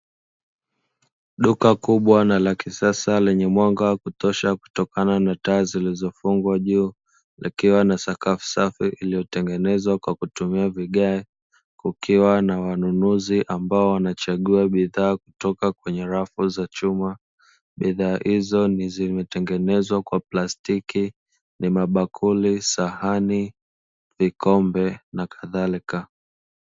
Duka kubwa na la kisasa lenye mwanga wa kutosha kutokana na taa zilizofungwa juu likiwa na sakafu safi lililotengenezwa kwa kutumia vigae, kukiwa na wanunuzi ambao wanachagua bidhaa kutoka kwenye rafu za chumba, bidhaa hizo zimetengenezwa kwa plastiki ni mabakuli, sahani, vikombe na kadharika.